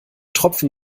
tropfen